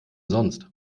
sonst